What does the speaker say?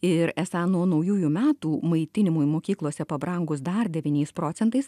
ir esą nuo naujųjų metų maitinimui mokyklose pabrangus dar devyniais procentais